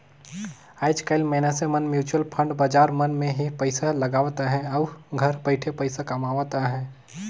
आएज काएल मइनसे मन म्युचुअल फंड बजार मन में ही पइसा लगावत अहें अउ घर बइठे पइसा कमावत अहें